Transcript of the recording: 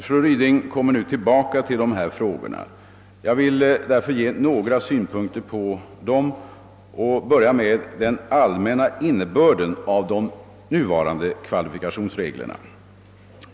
Fru Ryding kommer nu tillbaka till dessa frågor. Jag vill därför ge några synpunkter på dem och börjar med den allmänna innebörden av de nuvarande kvalifikationsreglerna.